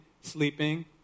sleeping